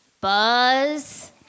Buzz